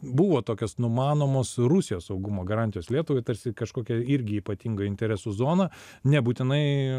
buvo tokios numanomos rusijos saugumo garantijos lietuvai tarsi kažkokia irgi ypatinga interesų zona nebūtinai